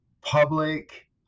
public